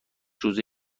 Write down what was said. روزه